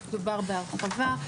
זה דובר בהרחבה.